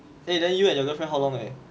eh then you and your girlfriend how long already